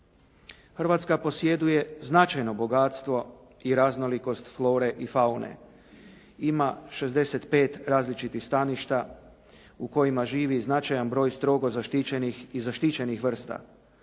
Hrvatska posjeduje značajno bogatstvo i raznolikost flore i faune. Ima 65 različitih staništa u kojima živi značajan broj strogo zaštićenih i zaštićenih vrsta.